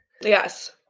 Yes